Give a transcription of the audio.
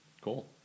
Cool